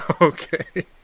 okay